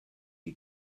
you